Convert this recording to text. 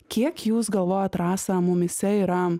kiek jūs galvojat rasa mumyse yra